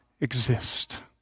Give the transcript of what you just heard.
exist